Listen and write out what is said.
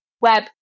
web